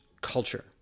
culture